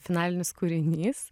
finalinis kūrinys